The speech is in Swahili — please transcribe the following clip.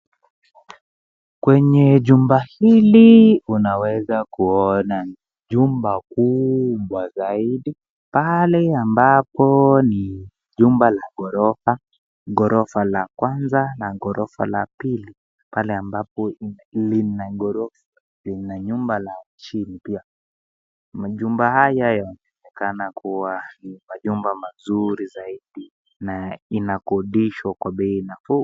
Kwenye jumba hili unaweza kuona jumba kubwa zaidi, pale ambapo ni jumba la ghorofa, ghorofa la kwanza, na ghorofa la pili. Pale ambapo lina ghorofa lina nyumba la chini pia .Majumba haya yanaonekana kuwa ni majumba mazuri zaidi na inakodishwa kwa bei nafuu